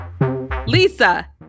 Lisa